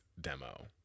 demo